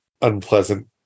unpleasant